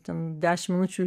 ten dešim minučių